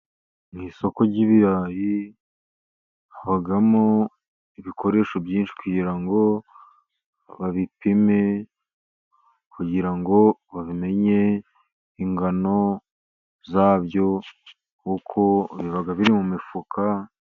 Mu isoko ry'ibirayi, habamo ibikoresho byinshi kugira ngo babipime, kugira ngo bamenye ingano zabyo, kuko biba biri mu mifuka,..